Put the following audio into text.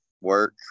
work